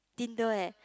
tinder eh